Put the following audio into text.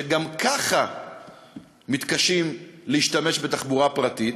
שגם ככה מתקשים להשתמש בתחבורה ציבורית,